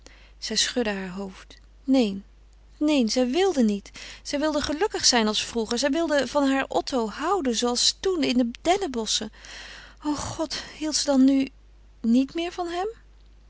zij schudde haar hoofd neen neen zij wilde niet zij wilde gelukkig zijn als vroeger zij wilde van haar otto houden zooals toen in de dennenbosschen o god hield ze dan nu niet meer van hem